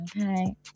Okay